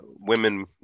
women